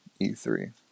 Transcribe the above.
E3